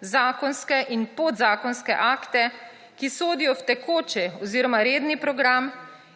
zakonske in podzakonske akte, ki sodijo v tekoči oziroma redni program,